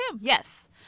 yes